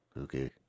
Okay